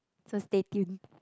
so stay tuned